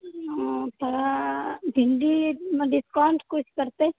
ओऽ तऽ भिण्डीमे डिस्काउन्ट किछु करतै